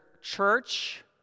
church